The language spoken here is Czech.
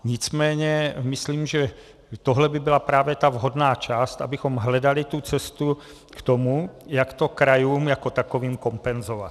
Nicméně myslím, že tohle by byla právě ta vhodná část, abychom hledali cestu k tomu, jak to krajům jako takovým kompenzovat.